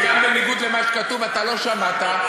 וגם בניגוד למה שכתוב, אתה לא שמעת.